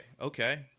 okay